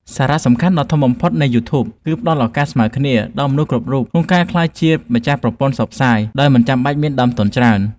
សារៈសំខាន់ដ៏ធំបំផុតនៃយូធូប គឺវាផ្តល់ឱកាសស្មើគ្នាដល់មនុស្សគ្រប់រូបក្នុងការក្លាយជាម្ចាស់ប្រព័ន្ធផ្សព្វផ្សាយដោយមិនចាំបាច់មានដើមទុនច្រើន។